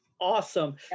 awesome